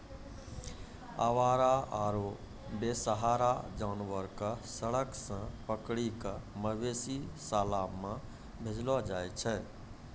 आवारा आरो बेसहारा जानवर कॅ सड़क सॅ पकड़ी कॅ मवेशी शाला मॅ भेजलो जाय छै